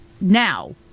now